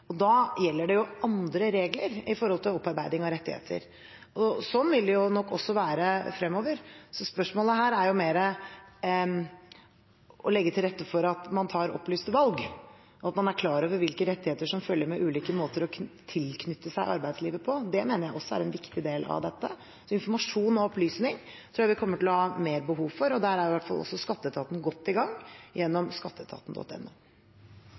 Og da gjelder det andre regler for opparbeiding av rettigheter. Sånn vil det nok også være fremover. Så spørsmålet her er mer å legge til rette for at man tar opplyste valg, at man er klar over hvilke rettigheter som følger med ulike måter å tilknytte seg arbeidslivet på. Det mener jeg også er en viktig del av dette. Informasjon og opplysning tror jeg vi kommer til å ha mer behov for, og der er i hvert fall også skatteetaten godt i gang gjennom